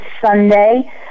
sunday